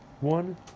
One